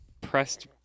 pressed